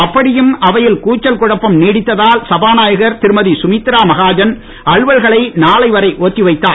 அப்படியும் அவையில் கூச்சல் குழப்பம் நீடித்ததால் சபாநாயகர் திருமதி சுமித்ரா மகாஜன் அலுவல்களை நாளை வரை ஒத்தி வைத்தார்